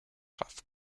have